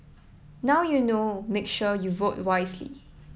now you know make sure you vote wisely